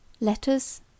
Letters